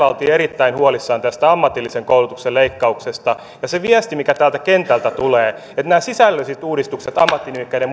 oltiin erittäin huolissaan tästä ammatillisen koulutuksen leikkauksesta se viesti mikä kentältä tulee on että nämä sisällölliset uudistukset ammattinimikkeiden